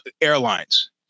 Airlines